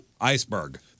Iceberg